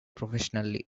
professionally